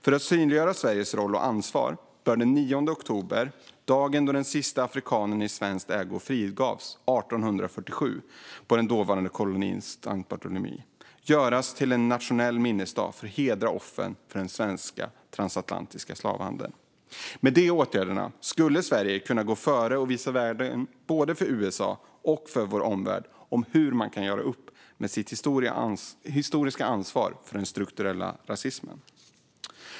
För att synliggöra Sveriges roll och ansvar bör den 9 oktober, dagen då den siste afrikanen i svensk ägo frigavs 1847 på den dåvarande kolonin Saint-Barthélemy, göras till en nationell minnesdag för att hedra offren för den svenska transatlantiska slavhandeln. Med de åtgärderna skulle Sverige kunna gå före och visa vägen både för USA och för vår omvärld om hur man kan göra upp med sitt historiska ansvar för den strukturella rasismen.